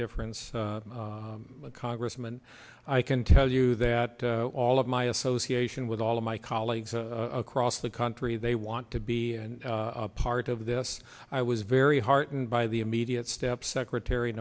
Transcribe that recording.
difference congressman i can tell you that all of my association with all of my colleagues across the country they want to be a part of this i was very heartened by the immediate steps secretary